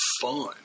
fun